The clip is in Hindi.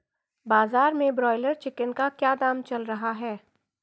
बाजार में ब्रायलर चिकन का क्या दाम चल रहा है?